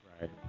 right